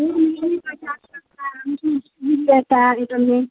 پچا ہے کی لیتا ہے میں